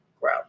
grow